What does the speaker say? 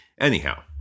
Anyhow